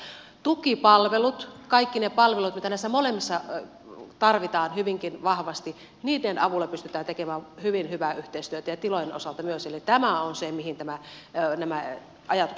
tukipalvelujen kaikkien niiden palvelujen joita näissä molemmissa tarvitaan hyvinkin vahvasti avulla pystytään tekemään hyvin hyvää yhteistyötä ja tilojen osalta myös eli tämä on se mihin nämä ajatukset sisältyvät